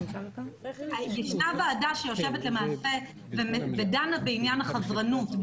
ישנה ועדה שיושבת למעשה ודנה בעניין החזרנות,